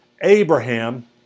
Abraham